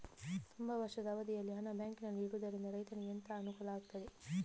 ತುಂಬಾ ವರ್ಷದ ಅವಧಿಯಲ್ಲಿ ಹಣ ಬ್ಯಾಂಕಿನಲ್ಲಿ ಇಡುವುದರಿಂದ ರೈತನಿಗೆ ಎಂತ ಅನುಕೂಲ ಆಗ್ತದೆ?